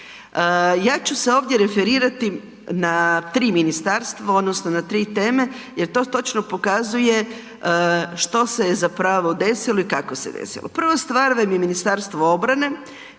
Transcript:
Ja ću se ovdje referirati na 3 ministarstva odnosno na 3 teme jer to točno pokazuje što se je zapravo desilo i kako se desilo. Prva stvar je Ministarstvo obrane,